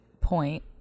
point